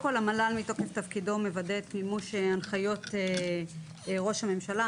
המל"ל מתוקף תפקידו מוודא את מימוש הנחיות ראש הממשלה,